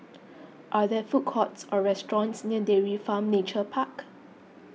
are there food courts or restaurants near Dairy Farm Nature Park